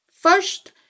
First